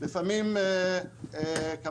אבל הוא צריך גם לקיים הנחיות ולקבל רשות